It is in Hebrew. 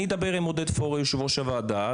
אני אדבר עם עודד פורר יושב ראש הוועדה,